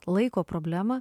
laiko problemą